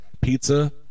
pizza